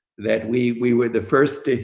that we we were the first,